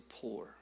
poor